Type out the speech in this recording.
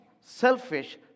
selfish